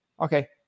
Okay